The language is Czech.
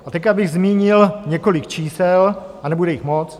A teď bych zmínil několik čísel a nebude jich moc.